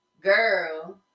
Girl